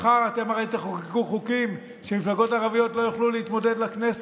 מחר אתם הרי תחוקקו חוקים שלפיהם מפלגות ערביות לא יוכלו להתמודד לכנסת,